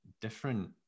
different